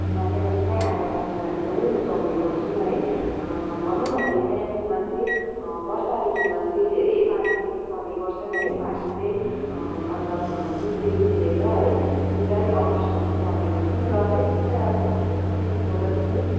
यहाँ कालिम्पोङमै आएर बस्नु एकदमै रुचाउने गर्छन् है भनौँ भने कालिम्पोङमा चाहिँ बर्षा ऋतूमा चाहिँ धेरै पानी पनि पर्ने गर्छन् है पानी चाहिँ मतलब जुनदेखि लिएर है जुलाई अगस्तसम्म चाहिँ पर्ने गर्छन् र त्यस पछाडिको त्यस पछिको जति पनि